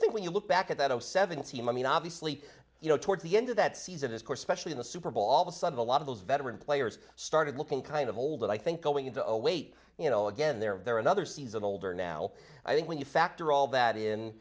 think when you look back at that zero seven team i mean obviously you know towards the end of that season his course specially in the super bowl all of a sudden a lot of those veteran players started looking kind of old and i think going into a wait you know again they're there another season older now i think when you factor all that in